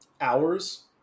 hours